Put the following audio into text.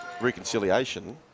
reconciliation